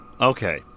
Okay